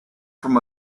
from